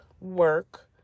work